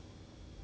wedding 什么